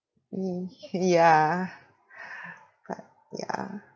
mm yeah but yeah